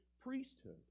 priesthood